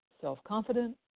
self-confident